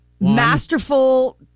masterful